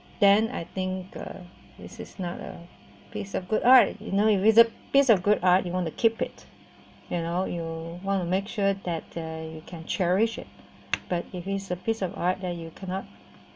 then I think uh this is not a piece of good art you know if is a piece of good art you want to keep it you know you want to make sure that uh you can cherish it but if it's a piece of art that you cannot